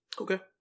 Okay